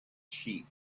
sheep